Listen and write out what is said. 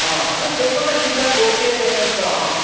ହଁ ହଁ ସେଇପଟେ ସିଧା ଗୋଟିଏ ଏନ୍ ଏଚ୍ ତ ହଁ